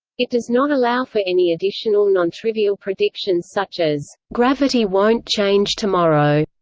it does not allow for any additional nontrivial predictions such as gravity won't change tomorrow.